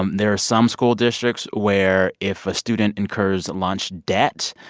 um there are some school districts where, if a student incurs a lunch debt,